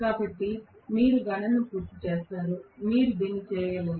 కాబట్టి మీరు గణనను పూర్తి చేస్తారు మీరు దీన్ని చేయగలరు